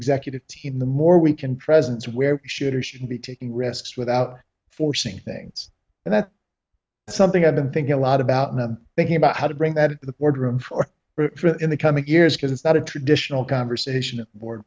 executive team the more we can present where we should or should be taking risks without forcing things and that's something i've been thinking a lot about and i'm thinking about how to bring that into the boardroom for in the coming years because it's not a traditional conversation board